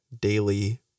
daily